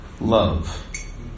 love